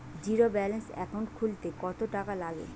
Zero balance account খুলতে কত টাকা লাগে?